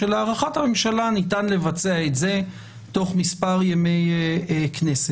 שלהערכת הממשלה ניתן לבצע את זה תוך מספר ימי כנסת.